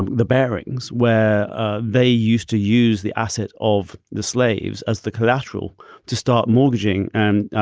and the bearings where ah they used to use the asset of the slaves as the collateral to start mortgaging and